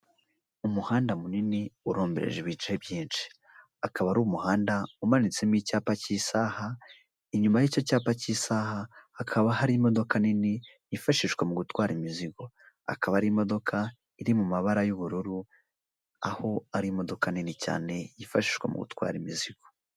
Umuhanda munini urombereje ibice byinshi. Akaba ari umuhanda umanitsemo icyapa k'isaha, inyuma y'icyo cyapa k'isaha hakaba hari imodoka nini yifashishwa mu gutwara imizigo. Akaba ari imodoka iri mu mabara y'ubururu, aho ari imodoka nini cyane yifashishwa mu gutwara imizigo.